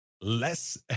less